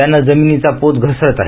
त्यानं जमीनीचा पोत घसरत आहे